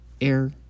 air